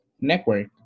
network